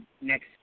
next